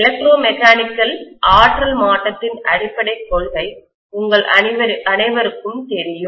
electro mechanical ஆற்றல் மாற்றத்தின் அடிப்படைக் கொள்கை உங்கள் அனைவருக்கும் தெரியும்